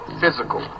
physical